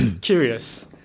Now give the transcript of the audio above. curious